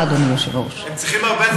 הם לעולם הערבי, לא לעברנו.